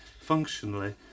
functionally